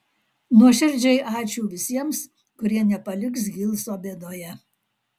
nuoširdžiai ačiū visiems kurie nepaliks hilso bėdoje